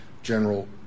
General